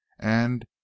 And